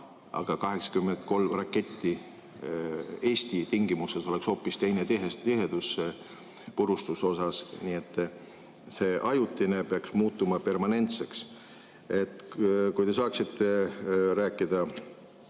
aga 83 raketti Eesti tingimustes oleks hoopis teine tihedus purustuse mõttes. See ajutine peaks muutuma permanentseks. Kui te saaksite rääkida